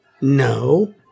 No